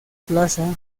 plaza